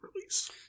release